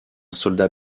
soldat